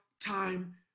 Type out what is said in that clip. time